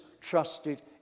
trusted